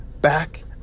back